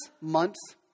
months